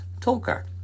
talker